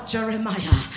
Jeremiah